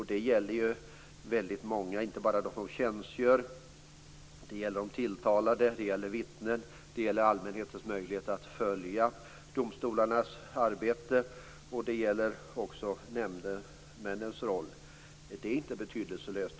Det gäller väldigt många, och inte bara dem som tjänstgör. Det gäller de tilltalade och vittnen. Det gäller allmänhetens möjlighet att följa domstolarnas arbete, och det gäller också nämndemännens roll. Det är inte betydelselöst.